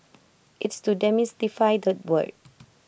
it's to demystify that word